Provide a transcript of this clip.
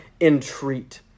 entreat